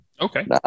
Okay